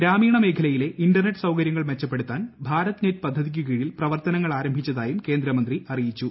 ഗ്രാമീണ മേഖലയിലെ ഇന്റർനെറ്റ് സൌകര്യങ്ങൾ മെച്ചപ്പെടുത്താൻ ഭാരത് നെറ്റ് പദ്ധതിക്കു കീഴിൽ പ്രവർത്തനങ്ങൾ ആരംഭിച്ചതായും കേന്ദ്രമന്ത്രി അറിയിച്ചു